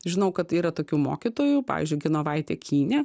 žinau kad yra tokių mokytojų pavyzdžiui genovaitė kynė